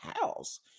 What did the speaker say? house